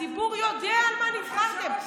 הציבור יודע על מה נבחרתם.